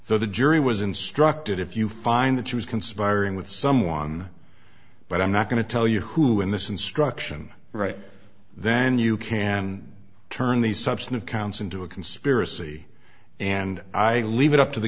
so the jury was instructed if you find that she was conspiring with someone but i'm not going to tell you who in this instruction right then you can turn these substantive counts into a conspiracy and i leave it up to the